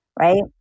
right